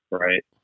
right